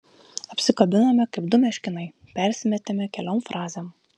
apsikabinome kaip du meškinai persimetėme keliom frazėm